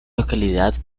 localidad